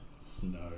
Snow